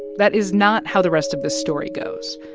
that is not how the rest of the story goes.